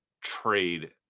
trade